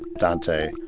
dante,